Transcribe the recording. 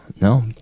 no